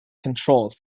controls